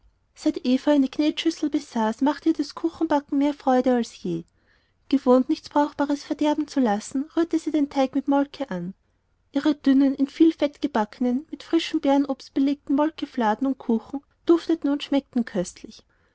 eine knetschüssel besaß machte ihr das kuchenbacken mehr freude als je gewohnt nichts brauchbares verderben zu lassen rührte sie den teig mit molke an ihre dünnen in viel fett gebackenen mit frischem beerenobst belegten molkenfladen und kuchen dufteten und schmeckten köstlich